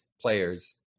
players